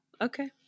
okay